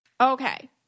Okay